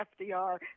FDR